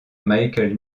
michael